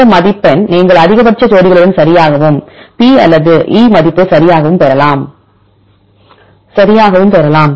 இந்த மதிப்பெண் நீங்கள் அதிகபட்ச ஜோடிகளுடன் சரியாகவும் P மதிப்பு அல்லது E மதிப்பு சரியாகவும் பெறலாம்